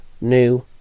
new